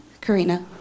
Karina